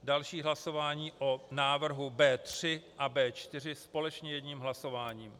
Další hlasování o návrhu B3 a B4 společně jedním hlasováním.